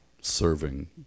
serving